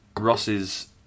Ross's